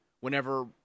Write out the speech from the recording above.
whenever